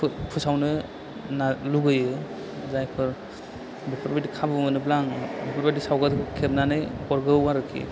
फोसावनो ना लुगैयो जायफोर बेफोरबायदि खाबु मोनोब्ला आं बेफोरबायदि सावगारिखौ खेबनानै हरगौ आरखि